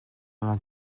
vingt